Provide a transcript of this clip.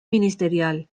ministerial